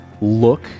look